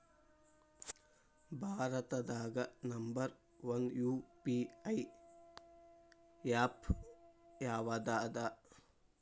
ಭಾರತದಾಗ number one UPI app ಯಾವದದ